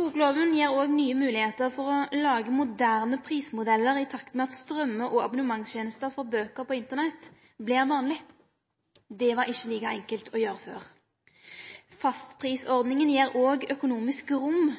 Bokloven gir òg nye moglegheiter for å lage moderne prismodellar i takt med at strømme- og abonnementstenester for bøker på Internett vert vanleg. Det var det ikkje like enkelt å gjere før. Fastprisordninga gjev òg økonomisk rom